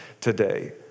today